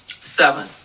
Seven